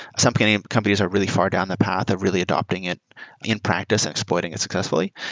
some kind of companies are really far down that path of really adapting it in practice and exploiting it successfully.